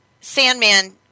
Sandman